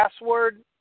password